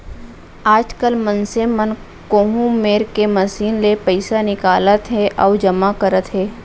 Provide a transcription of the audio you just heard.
आजकाल मनसे मन कोहूँ मेर के मसीन ले पइसा निकालत हें अउ जमा करत हें